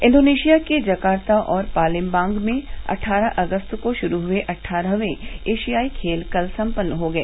Indonesia के जकार्ता और पालेमबांग में अट्ठारह अगस्त को शुरू हुए अट्ठारहवें एशियाई खेल कल सम्पन्न हो गए